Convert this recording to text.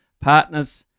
partners